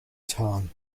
tarn